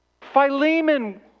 Philemon